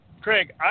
Craig